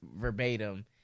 verbatim